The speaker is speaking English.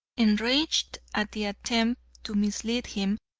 enraged at the attempt to mislead him,